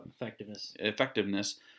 effectiveness